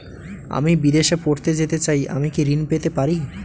আমি বিদেশে পড়তে যেতে চাই আমি কি ঋণ পেতে পারি?